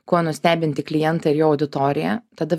kuo nustebinti klientą ir jo auditoriją tada